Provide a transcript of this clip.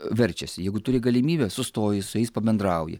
verčiasi jeigu turi galimybę sustoji su jais pabendrauji